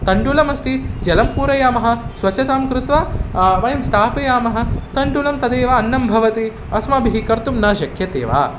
तण्डुलम् अस्ति जलं पूरयामः स्वच्छतां कृत्वा वयं स्थापयामः तण्डुलं तदेव अन्नं भवति अस्माभिः कर्तुं न शक्यते वा